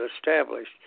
established